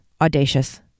audacious